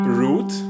root